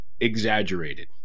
exaggerated